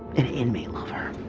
an inmate lover.